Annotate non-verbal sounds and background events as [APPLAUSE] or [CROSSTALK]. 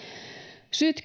syyt [UNINTELLIGIBLE]